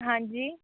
ਹਾਂਜੀ